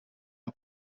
een